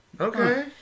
Okay